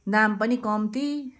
दाम पनि कम्ती